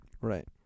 Right